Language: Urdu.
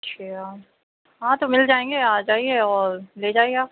اچھا ہاں تو مل جائیں گے آ جائیے اور لے جائیے آپ